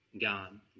Gone